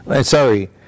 sorry